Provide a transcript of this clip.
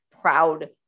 proud